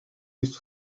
used